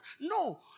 No